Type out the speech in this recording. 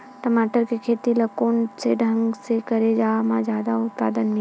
टमाटर के खेती ला कोन ढंग से करे म जादा उत्पादन मिलही?